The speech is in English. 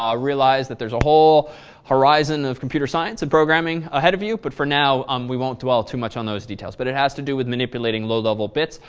um realize that there's a whole horizon of computer science and programing ahead of you but for now um we won't dwell too much on those details, but it has to do with manipulating low level bits